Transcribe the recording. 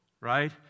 Right